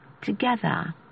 together